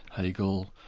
hegel,